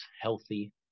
healthy